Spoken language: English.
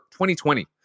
2020